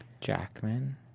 Jackman